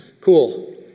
Cool